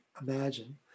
imagine